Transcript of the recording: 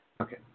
Okay